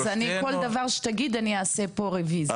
אז כל דבר שתגיד אני אעשה פה רוויזיה.